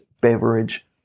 beverage